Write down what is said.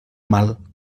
mal